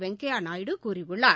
வெங்கய்யா நாயுடு கூறியுள்ளார்